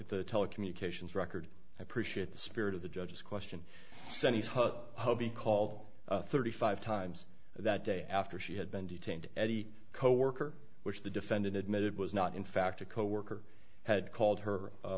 at the telecommunications record i appreciate the spirit of the judge's question sends her hoby call thirty five times that day after she had been detained eddie coworker which the defendant admitted was not in fact a coworker had called her